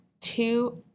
two